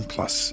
Plus